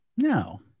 No